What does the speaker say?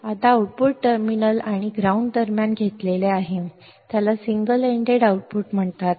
आता output output terminal आणि ground दरम्यान घेतले जाते त्याला सिंगल एन्डेड आउटपुट म्हणतात